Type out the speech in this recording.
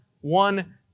one